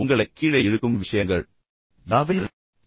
உங்களை கீழே இழுக்கும் விஷயங்கள் யாவை